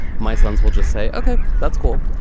my sons will just say, ok, that's cool.